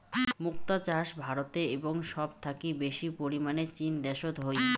মুক্তা চাষ ভারতে এবং সব থাকি বেশি পরিমানে চীন দ্যাশোত হই